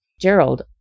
Gerald